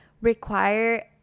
require